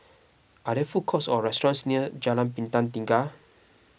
are there food courts or restaurants near Jalan Bintang Tiga